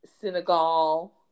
Senegal